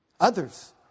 Others